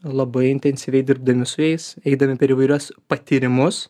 labai intensyviai dirbdami su jais eidami per įvairius patyrimus